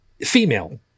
female